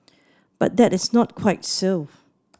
but that is not quite so